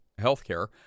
healthcare